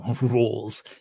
rules